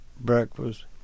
breakfast